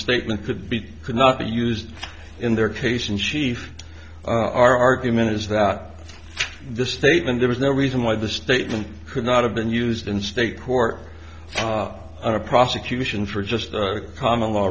statement could be could not be used in their case in chief our argument is that the statement there was no reason why the statement could not have been used in state court or a prosecution for just common law